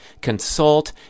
consult